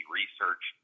research